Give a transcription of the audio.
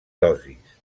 dosis